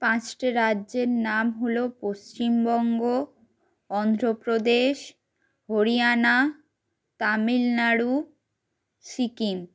পাঁচটি রাজ্যের নাম হল পশ্চিমবঙ্গ অন্ধ্রপ্রদেশ হরিয়ানা তামিলনাড়ু সিকিম